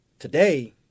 Today